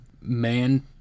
man